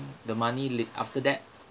the money lat~ after that